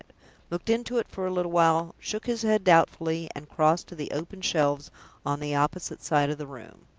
looked into it for a little while, shook his head doubtfully, and crossed to the open shelves on the opposite side of the room.